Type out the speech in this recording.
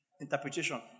interpretation